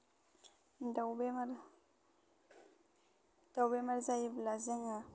दाव बेमार दाव बेमार जायोब्ला जोङो